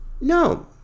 no